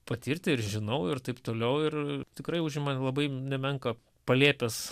patirti ir žinau ir taip toliau ir tikrai užima labai nemenką palėpės